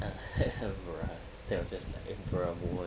ya then that was just like a bruh moment